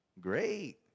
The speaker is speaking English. Great